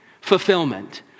fulfillment